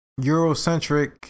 Eurocentric